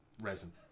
resin